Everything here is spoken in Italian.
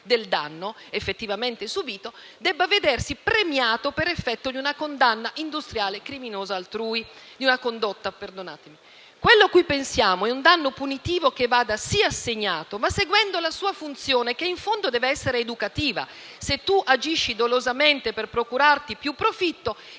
del danno effettivamente subìto debba vedersi premiato per effetto di una condotta industriale criminosa altrui. Quello a cui pensiamo è un danno punitivo che vada sì assegnato, ma seguendo la sua funzione, che in fondo deve essere educativa (chi agisce dolosamente per procurarsi più profitto